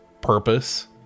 purpose